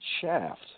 Shaft